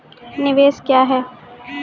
निवेश क्या है?